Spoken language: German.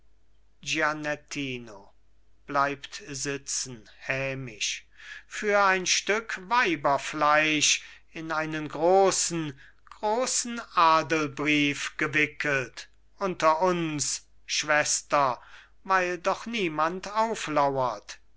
bleibt sitzen hämisch für ein stück weiberfleisch in einen großen großen adelbrief gewickelt unter uns schwester weil doch niemand auflauert